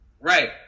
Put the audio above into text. Right